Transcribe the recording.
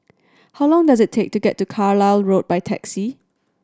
how long does it take to get to Carlisle Road by taxi